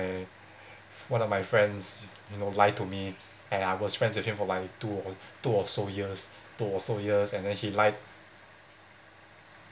one of my friends you know lie to me and I was friends with him for like two two or so years two so years and then he lied